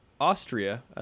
Austria